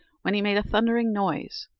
when he made a thundering noise,